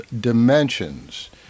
Dimensions